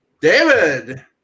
David